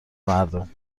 مردم